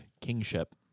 kingship